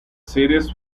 series